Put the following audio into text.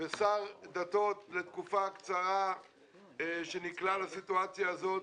ושר דתות לתקופה קצרה שנקלע לסיטואציה הזאת,